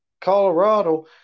colorado